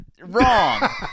Wrong